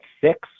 six